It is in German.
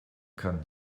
kann